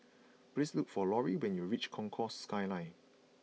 please look for Lauri when you reach Concourse Skyline